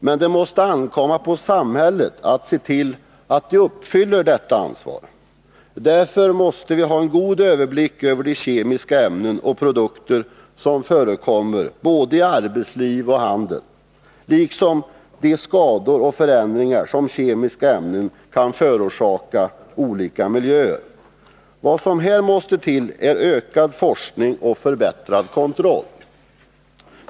Men det måste ankomma på samhället att uppfylla detta ansvar. Därför måste vi ha en god överblick över de kemiska ämnen och produkter som förekommer i både arbetsliv och handel liksom de skador och förändringar som kemiska ämnen kan förorsaka olika miljöer. Vad som här måste till är ökad forskning och förbättrad kontroll.